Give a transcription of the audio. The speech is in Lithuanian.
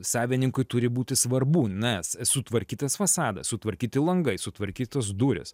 savininkui turi būti svarbu nes sutvarkytas fasadas sutvarkyti langai sutvarkytos durys